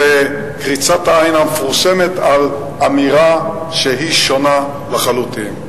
זאת קריצת העין המפורסמת על אמירה שהיא שונה לחלוטין.